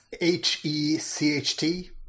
H-E-C-H-T